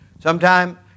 Sometime